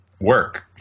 work